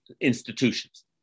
institutions